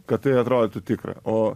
kad tai atrodytų tikra o